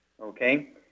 Okay